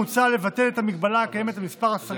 מוצע לבטל את המגבלה הקיימת על מספר השרים